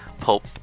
pulp